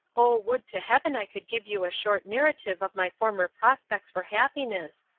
oh, would to heaven i could give you a short narrative of my former prospects for happiness,